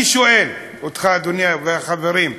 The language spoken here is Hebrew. אני שואל אותך, אדוני, ואת החברים: